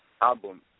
album